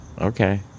Okay